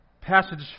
Passage